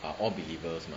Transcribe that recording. are all believers mah